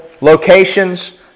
locations